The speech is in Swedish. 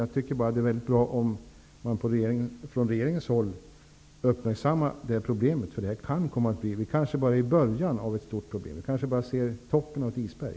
Jag tycker bara att det är bra om man från regeringens håll uppmärksammar problemet. Vi kanske bara är i början av ett stort problem. Vi kanske bara ser toppen på ett isberg.